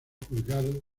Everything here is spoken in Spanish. juzgado